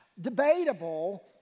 debatable